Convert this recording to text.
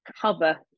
cover